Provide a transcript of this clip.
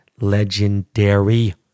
legendary